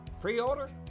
Pre-order